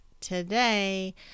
today